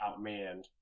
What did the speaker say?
outmanned